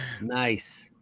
Nice